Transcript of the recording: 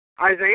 Isaiah